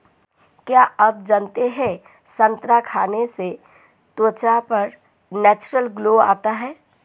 क्या आप जानते है संतरा खाने से त्वचा पर नेचुरल ग्लो आता है?